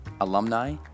alumni